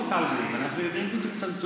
אנחנו לא מתעלמים, אנחנו יודעים את הנתונים.